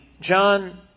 John